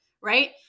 right